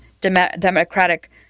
democratic